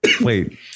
Wait